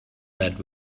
that